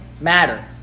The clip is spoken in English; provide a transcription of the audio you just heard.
matter